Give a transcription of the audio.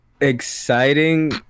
Exciting